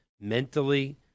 mentally